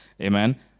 Amen